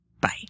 Bye